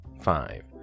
Five